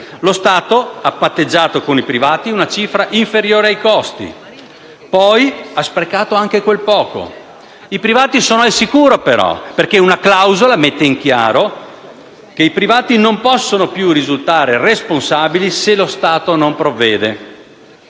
Lo Stato ha patteggiato con i privati una cifra inferiore ai costi; poi ha sprecato anche quel poco. I privati sono al sicuro, però, perché una clausola mette in chiaro che i privati non possono più risultare responsabili se lo Stato non provvede.